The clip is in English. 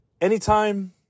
anytime